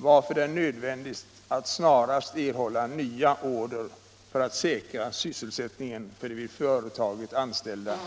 så att det är nödvändigt att erhålla nya order för att säkra sysselsättningen för företagets 360 anställda.